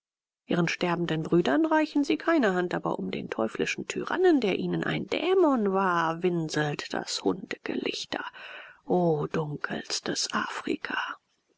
ihren sterbenden brüdern reichen sie keine hand aber um den teuflischen tyrannen der ihnen ein dämon war winselt das hundegelichter o dunkelstes afrika